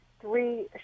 three